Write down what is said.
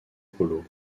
paulo